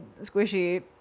squishy